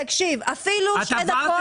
אני חושבת שתקציב אמור לשקף